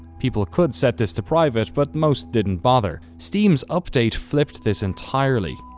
people could set this to private, but most didn't bother. steam's update flipped this entirely.